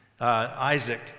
Isaac